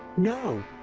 no,